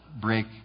break